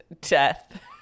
death